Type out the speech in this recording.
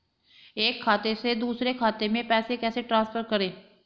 एक खाते से दूसरे खाते में पैसे कैसे ट्रांसफर करें?